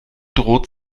droht